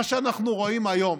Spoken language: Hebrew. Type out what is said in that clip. מה שאנחנו רואים היום